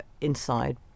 inside